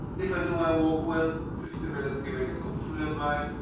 if i do my work well, fifty minutes giving you so free advice,